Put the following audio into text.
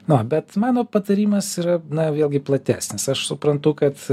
na bet mano patarimas yra na vėlgi platesnis aš suprantu kad